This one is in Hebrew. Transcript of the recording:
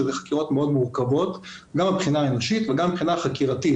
שאלה חקירות מאוד מורכבות גם מבחינה אנושית וגם מבחינה חקירתית,